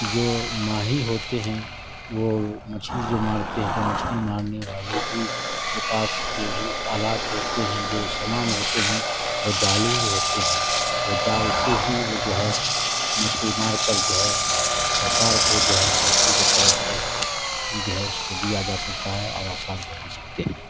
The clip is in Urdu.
جو ماہی ہوتے ہیں وہ مچھلی جو مارتے ہیں تو مچھلی مارنے والے ہی کے پاس جو آلات ہوتے ہیں جو سامان ہوتے ہیں وہ جالے ہی ہوتے ہیں وہ جال سے ہی وہ جو ہے مچھلی مار کر جو ہے سرکار کو جو ہے پیسے کے طور پر جو ہے اس کو دیا جا سکتا ہے اور آسان بنا سکتے ہیں